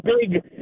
big